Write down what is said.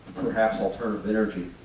perhaps alternative energy.